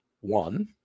one